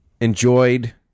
enjoyed